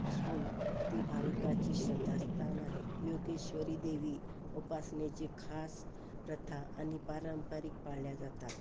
असून ती भाविकाची श्रद्धास्थान आहे योगेश्वरीदेवी उपासनेचे खास प्रथा आणि पारंपरिक पाळल्या जातात